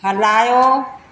हलायो